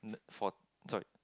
for sorry